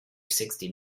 sixty